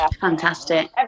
Fantastic